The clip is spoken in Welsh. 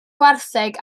gwartheg